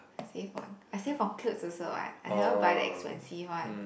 save on I save on clothes also what I never buy the expensive one